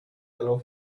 yellow